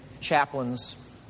chaplain's